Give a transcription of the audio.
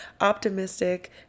optimistic